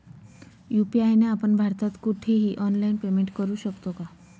UPI ने आपण भारतात कुठेही ऑनलाईन पेमेंट करु शकतो का?